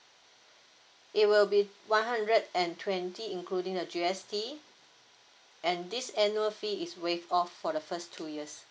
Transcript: it will be one hundred and twenty including the G_S_T and this annual fee is waived off for the first two years